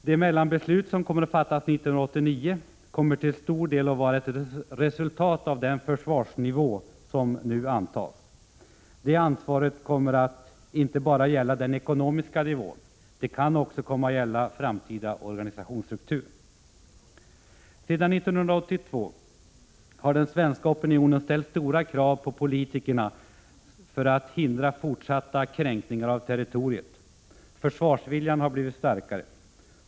Det mellanbeslut som kommer att fattas 1989 kommer till stor del att vara ett resultat av den försvarsnivå som nu antas. Det ansvaret kommer inte bara att gälla den ekonomiska nivån. Det kan också komma att gälla framtida organisationsstruktur. Sedan 1982 har den svenska opinionen ställt stora krav på politikerna för att hindra fortsatta kränkningar av territoriet. Försvarsviljan har blivit starkare.